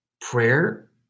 prayer